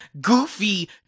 Goofy